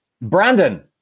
Brandon